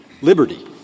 liberty